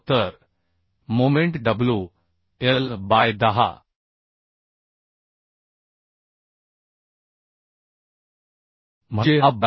तर moment wl by 10 म्हणजे हा 12